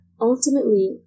Ultimately